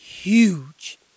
Huge